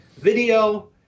video